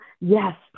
Yes